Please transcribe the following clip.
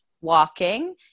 walking